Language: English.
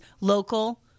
local